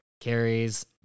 carries